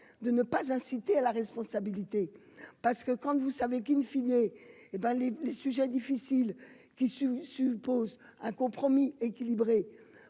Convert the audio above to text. de ne pas inciter à la responsabilité, parce que quand vous savez qu'in fine et et ben les les sujets difficiles qui suppose un compromis équilibré,